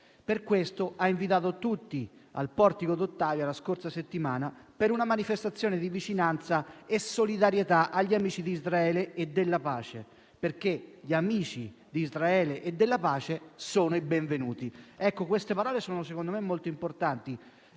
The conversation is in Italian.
Per questo ha invitato tutti al Portico d'Ottavia, la scorsa settimana, per una manifestazione di vicinanza e solidarietà agli amici di Israele e della pace, perché «Gli amici di Israele e della pace sono i benvenuti». Ecco, queste parole sono, secondo me, molto importanti.